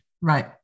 Right